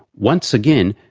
once again,